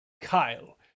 Kyle